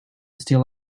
steal